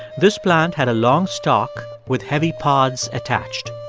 this plant had a long stalk with heavy pods attached.